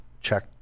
check